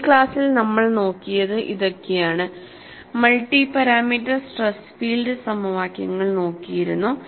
ഈ ക്ലാസ്സിൽ നമ്മൾ നോക്കിയത് ഇതൊക്കെയാണ് മൾട്ടി പാരാമീറ്റർ സ്ട്രെസ് ഫീൽഡ് സമവാക്യങ്ങൾ നോക്കിയിരുന്നു